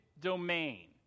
domain